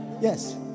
Yes